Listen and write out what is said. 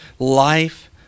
Life